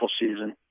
season